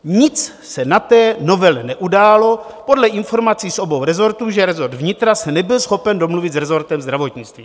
Nic se na té novele neudálo podle informací z obou resortů, že resort vnitra se nebyl schopen domluvit s resortem zdravotnictví.